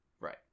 Right